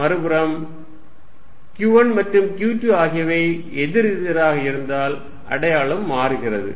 மறுபுறம் q1 மற்றும் q2 ஆகியவை எதிரெதிராக இருந்தால் அடையாளம் மாறுகிறது